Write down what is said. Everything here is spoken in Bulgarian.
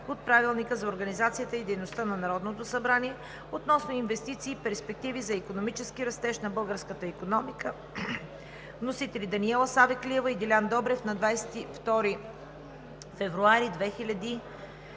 от Правилника за организацията и дейността на Народното събрание относно инвестиции и перспективи за икономически растеж на българската икономика. Вносители са народните представители Даниела Савеклиева и Делян Добрев на 22 февруари 2019